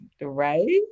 Right